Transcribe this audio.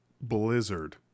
Blizzard